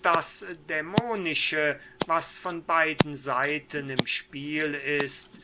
das dämonische was von beiden seiten im spiel ist